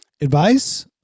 Advice